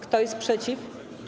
Kto jest przeciw?